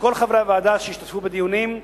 ולכל חברי הוועדה שהשתתפו בדיונים,